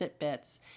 Fitbits